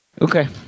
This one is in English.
Okay